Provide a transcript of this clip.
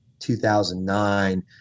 2009